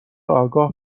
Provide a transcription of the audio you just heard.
آگاه